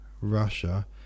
Russia